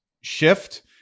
shift